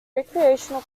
recreational